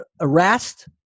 arrest